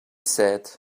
said